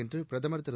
என்று பிரதமா் திரு